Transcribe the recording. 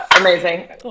amazing